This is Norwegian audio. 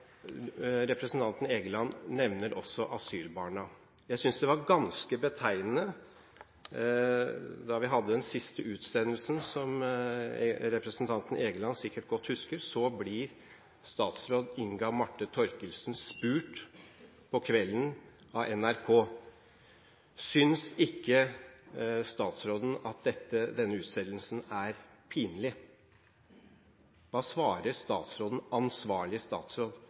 Representanten Egeland nevner også asylbarna. Jeg synes det var ganske betegnende at da vi hadde den siste utsendelsen, som representanten Egeland sikkert godt husker, ble statsråd Inga Marte Thorkildsen spurt på kvelden av NRK: Synes ikke statsråden at denne utsendelsen er pinlig? Da svarer ansvarlig statsråd: